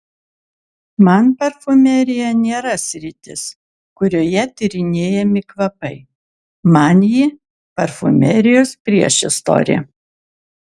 man parfumerija nėra sritis kurioje tyrinėjami kvapai man ji parfumerijos priešistorė